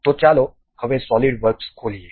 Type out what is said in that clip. તો ચાલો હવે સોલિડ વર્ક્સ ખોલીએ